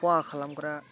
खहा खालामग्रा